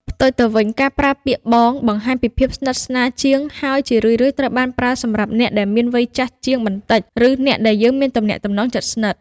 ផ្ទុយទៅវិញ ការប្រើពាក្យ បង បង្ហាញពីភាពស្និទ្ធស្នាលជាង ហើយជារឿយៗត្រូវបានប្រើសម្រាប់អ្នកដែលមានវ័យចាស់ជាងបន្តិច ឬអ្នកដែលយើងមានទំនាក់ទំនងជិតស្និទ្ធ។